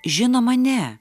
žinoma ne